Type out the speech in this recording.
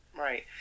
right